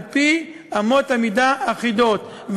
על-פי אמות מידה אחידות,